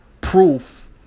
proof